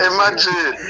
Imagine